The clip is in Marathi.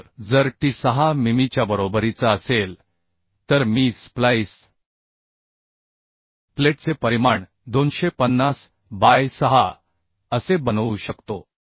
तर जर t 6 मिमीच्या बरोबरीचा असेल तर मी स्प्लाइस प्लेटचे परिमाण 250 बाय 6 असे बनवू शकतो